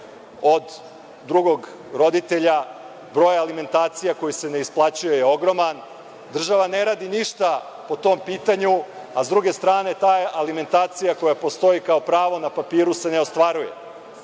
od drugog roditelja, broj alimentacija koji se ne isplaćuje je ogroman, država ne radi ništa po tom pitanju, a s druge strane ta alimentacija, koja postoji kao pravo, na papiru se ne ostvaruje.